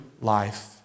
life